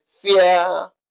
fear